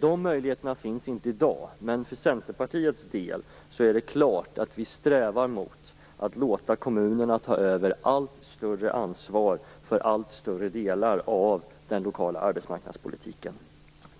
De möjligheterna finns inte i dag, men för Centerpartiets del är det klart att vi strävar mot att låta kommunerna ta över allt större ansvar för allt större delar av den lokala arbetsmarknadspolitiken.